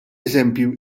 eżempju